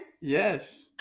Yes